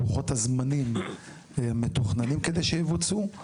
לוחות הזמנים המתוכננים כדי שהן יבוצעו.